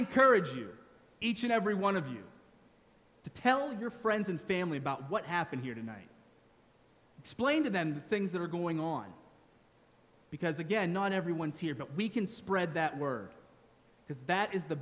encourage you each and every one of you to tell your friends and family about what happened here tonight explain to them the things that are going on because again not everyone's here but we can spread that word because that is the